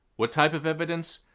what type of evidence?